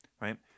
right